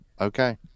Okay